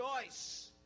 choice